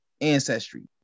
ancestry